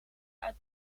uit